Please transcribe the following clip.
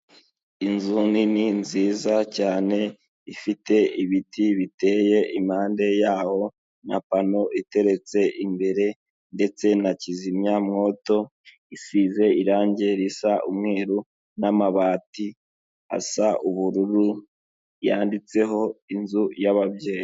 Inzu nini nziza cyane ifite ibiti biteye impande yaho na pano iteretse imbere, ndetse na kizimya mwoto isize irangi risa umweru n'amabati asa ubururu yanditseho inzu yab'ababyeyi.